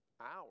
hours